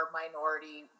minority